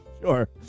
Sure